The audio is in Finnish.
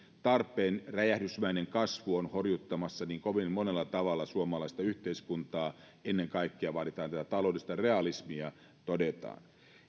tarpeen räjähdysmäinen kasvu on horjuttamassa niin kovin monella tavalla suomalaista yhteiskuntaa ennen kaikkea vaaditaan tätä taloudellista realismia näin todetaan